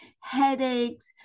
headaches